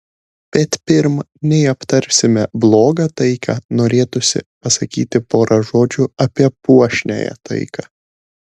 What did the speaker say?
bet pirm nei aptarsime blogą taiką norėtųsi pasakyti porą žodžių apie puošniąją taiką